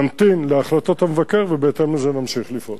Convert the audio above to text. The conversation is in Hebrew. נמתין להחלטות המבקר, ובהתאם לזה נמשיך לפעול.